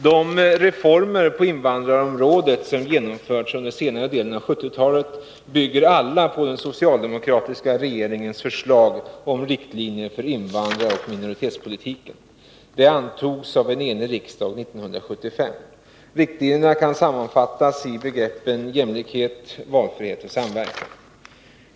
De reformer på invandrarområdet som genomförts under senare delen av 1970-talet bygger alla på den socialdemokratiska regeringens förslag till riktlinjer för invandrarna och för minoritetspolitiken. Förslaget antogs av en enig riksdag 1975. Riktlinjerna kan sammanfattas i begreppen jämlikhet, valfrihet och samverkan.